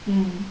mm